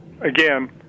again